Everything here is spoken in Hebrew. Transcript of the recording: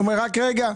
אומר: רגע,